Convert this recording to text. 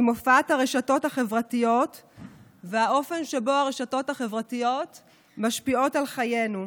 עם הופעת הרשתות החברתיות והאופן שבו הרשתות החברתיות משפיעות על חיינו.